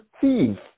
thief